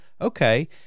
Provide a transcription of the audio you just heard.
okay